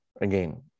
again